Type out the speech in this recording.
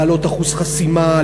להעלות אחוז חסימה,